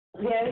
Yes